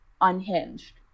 unhinged